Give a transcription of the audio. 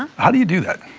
how do you do that?